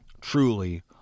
truly